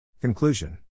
Conclusion